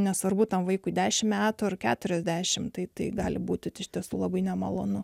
nesvarbu tam vaikui dešimt metų ar keturiasdešimt tai gali būti iš tiesų labai nemalonu